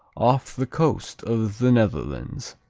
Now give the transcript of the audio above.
off the coast of the netherlands.